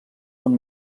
són